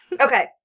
Okay